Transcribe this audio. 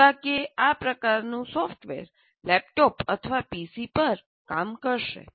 સદ્ભાગ્યે આ પ્રકારનું software laptop અથવા પીસી પર કામ કરશે